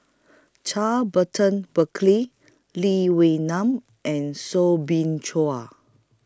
Charles Burton Buckley Lee Wee Nam and Soo Bin Chua